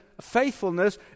faithfulness